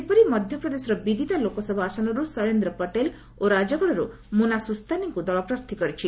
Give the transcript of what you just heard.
ସେହିପରି ମଧ୍ୟପ୍ରଦେଶର ବିଦିତା ଲୋକସଭା ଆସନରୁ ଶୈଳେନ୍ଦ୍ର ପଟେଲ୍ ଓ ରାଜଗଡ଼ରୁ ମୋନା ସୁସ୍ତାନିଙ୍କୁ ଦଳ ପ୍ରାର୍ଥୀ କରିଛି